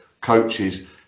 coaches